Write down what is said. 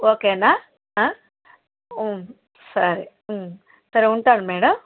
ఓకేనా సరే సరే ఉంటాను మేడమ్